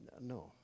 no